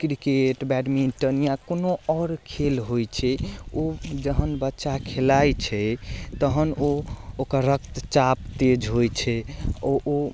cricket badminton या कोनो आओर खेल होइ छै ओ जहन बच्चा खेलाइ छै तहन ओ ओकर रक्तचाप तेज होइ छै ओ ओ